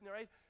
right